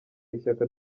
ishyaka